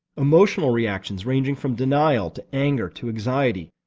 emotional reactions ranging from denial, to anger, to anxiety,